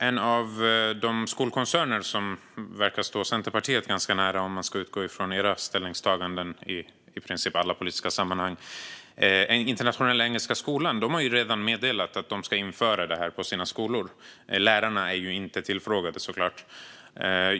En av de skolkoncerner som verkar stå Centerpartiet ganska nära, om man ska utgå från i princip alla deras ställningstaganden i politiska sammanhang, är Internationella Engelska Skolan. De har redan meddelat att de ska införa detta på sina skolor. Lärarna är såklart inte tillfrågade.